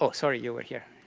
ah sorry, you were here.